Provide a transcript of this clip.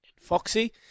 Foxy